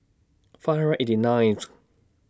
five hundred eighty ninth